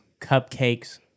cupcakes